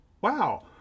wow